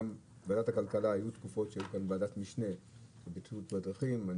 גם בוועדת הכלכלה היו תקופות שהייתה ועדת משנה לבטיחות בדרכים,